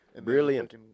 Brilliant